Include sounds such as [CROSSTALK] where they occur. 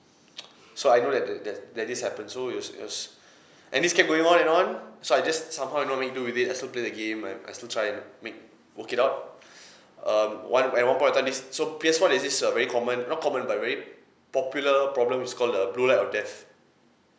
[NOISE] so I know that that there's that this happen so it was it was and this kept going on and on so I just somehow you know make do with it I stop playing the game I I still try and make work it out um one when one point of time this so P_S four there's this uh very common not common but very popular problem is call uh blue light of death